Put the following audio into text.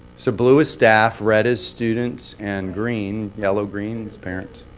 so blue is staff, red is students, and green yellow-green is parents.